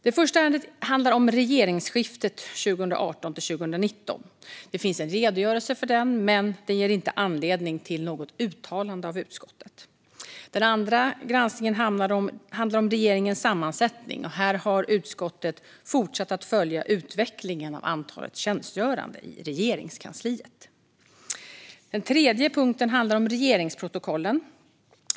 Det första ärendet gäller regeringsskiftet 2018-2019. Det finns en redogörelse för detta, men den ger inte anledning till något uttalande av utskottet. Den andra granskningen handlar om regeringens sammansättning. Här har utskottet fortsatt att följa utvecklingen när det gäller antalet tjänstgörande i Regeringskansliet. Den tredje punkten handlar om regeringsprotokollen.